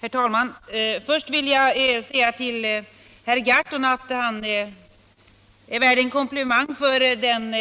Herr talman! Först vill jag säga till herr Gahrton att han är värd en komplimang för den